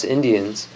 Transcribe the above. Indians